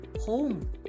home